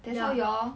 ya